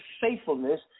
faithfulness